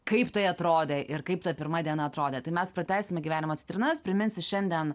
kaip tai atrodė ir kaip ta pirma diena atrodė tai mes pratęsime gyvenimo citrinas priminsiu šiandien